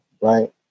right